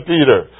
Peter